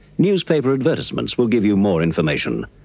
newspaper advertisements will give you more information.